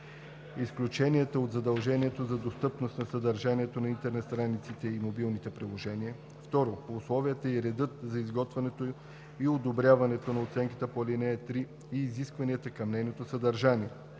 изключенията от задължението за достъпност на съдържанието на интернет страниците и мобилните приложения; 2. условията и редът за изготвянето и одобряването на оценката по ал. 3 и изискванията към нейното съдържание.